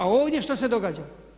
A ovdje što se događa?